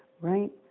right